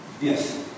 Yes